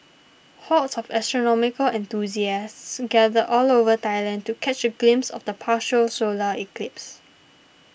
hordes of astronomical enthusiasts gathered all over Thailand to catch a glimpse of the partial solar eclipse